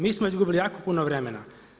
Mi smo izgubili jako puno vremena.